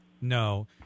No